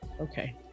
okay